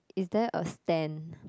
is there a stand